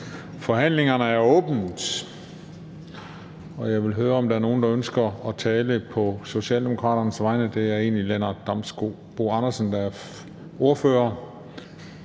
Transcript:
Forhandlingen er åbnet. Jeg vil høre, om der er nogen, der ønsker at tale på Socialdemokraternes vegne – det er hr. Lennart Damsbo-Andersen, der er ordfører.